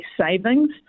savings